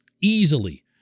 Easily